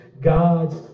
God's